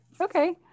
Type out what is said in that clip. Okay